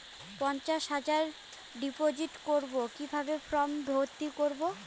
পঞ্চাশ হাজার ডিপোজিট করবো কিভাবে ফর্ম ভর্তি করবো?